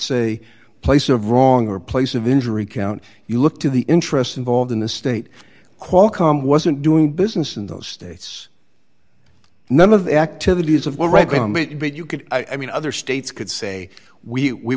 say place of wrong or place of injury count you look to the interests involved in the state qualcomm wasn't doing business in those states none of the activities of you could i mean other states could say we